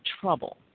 trouble